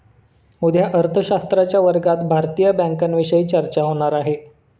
उद्या अर्थशास्त्राच्या वर्गात भारतीय बँकांविषयी चर्चा होणार आहे